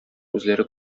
үзләре